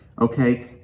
okay